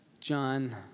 John